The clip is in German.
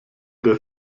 der